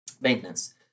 maintenance